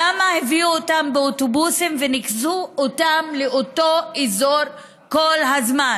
למה הביאו אותם באוטובוסים וניקזו אותם לאותו אזור כל הזמן?